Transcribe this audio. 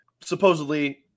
supposedly